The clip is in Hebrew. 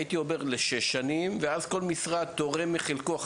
הייתי אומר לשש שנים, ואז כל משרד תורם מחלקו.